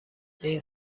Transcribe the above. این